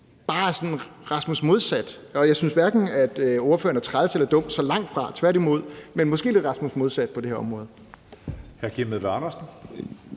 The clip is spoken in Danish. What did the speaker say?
sådan Rasmus Modsat. Jeg synes hverken, at ordføreren er træls eller dum – så langtfra, tværtimod – men måske lidt Rasmus Modsat på det her område.